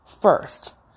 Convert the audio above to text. first